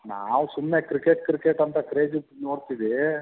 ನಾವು ಸುಮ್ಮನೆ cricket cricket ಅಂತ ಕ್ರೇಜಿಗೆ ನೋಡ್ತೀವಿ